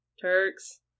Turks